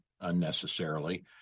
unnecessarily